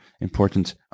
important